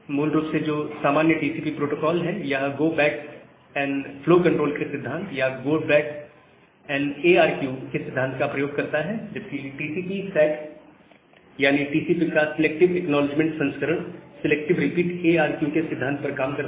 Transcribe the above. मूल रूप से जो सामान्य टीसीपी प्रोटोकोल है यह go back N flow control के सिद्धांत या go back A R Q के सिद्धांत का प्रयोग करता है जबकि टीसीपी सैक यानी टीपीपी का सिलेक्टिव एक्नॉलेजमेंट संस्करण selective repeat A R U के सिद्धांत पर काम करता है